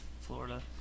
Florida